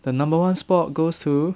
the number one spot goes to